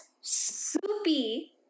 soupy